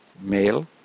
male